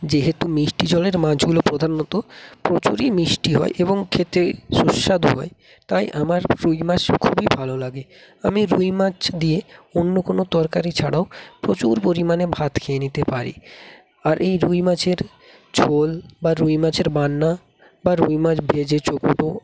যেহেতু মিষ্টি জলের মাছগুলো প্রধাণত প্রচুরই মিষ্টি হয় এবং খেতে সুস্বাদ হয় তাই আমার রুই মাছ খুবই ভালো লাগে আমি রুই মাছ দিয়ে অন্য কোনো তরকারি ছাড়াও প্রচুর পরিমাণে ভাত খেয়ে নিতে পারি আর এই রুই মাছের ঝোল বা রুই মাছের বান্না বা রুই মাছ ভেজে